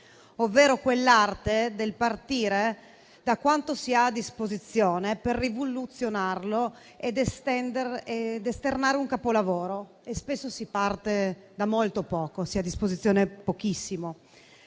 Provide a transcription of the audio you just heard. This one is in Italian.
ovvero quell'arte del partire da quanto si ha a disposizione per rivoluzionarlo ed esternare un capolavoro. Spesso si parte da molto poco, si ha a disposizione pochissimo.